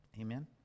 Amen